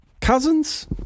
cousins